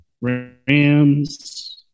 Rams